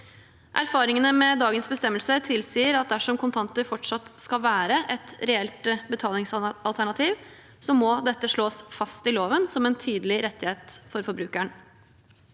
Erfaringene med dagens bestemmelse tilsier at dersom kontanter fortsatt skal være et reelt betalingsalternativ, må dette slås fast i loven som en tydelig rettighet for forbrukeren.